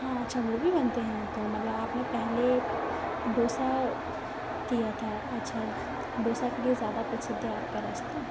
हाँ अच्छा वो भी बनते हैं तो मतलब आपने पहले डोसा अ किया था अच्छा डोसा के लिए ज़्यादा प्रसिद्ध है आपका रेस्तरां